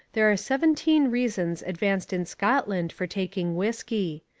there are seventeen reasons advanced in scotland for taking whiskey.